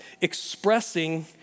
expressing